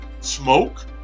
smoke